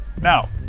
Now